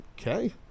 Okay